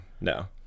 no